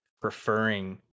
preferring